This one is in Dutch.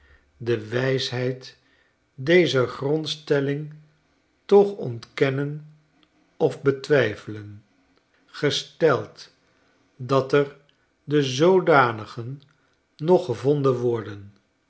de wijsheid dezer grondstelling toch ontkennen of betwijfelen gesteld dat er de zoodanigen nog gevonden worden